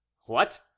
What